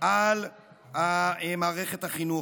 על מערכת החינוך.